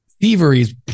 thievery's